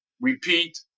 repeat